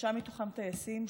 שלושה מתוכם טייסים,